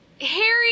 Harry